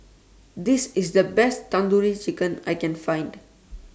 This IS The Best Tandoori Chicken I Can Find